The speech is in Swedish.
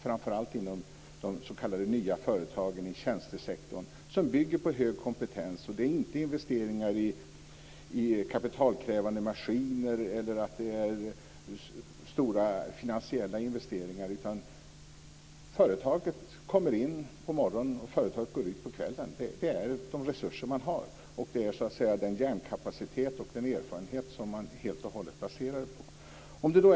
Framför allt gäller det inom de s.k. nya företagen i tjänstesektorn, som bygger på hög kompetens. Det handlar inte om investeringar i kapitalkrävande maskiner eller stora finansiella investeringar, utan företaget kommer in på morgonen och företaget går ut på kvällen. Det är de resurser man har, och det är så att säga den hjärnkapacitet och den erfarenhet som man helt och hållet baserar sig på.